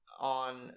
On